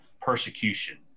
persecution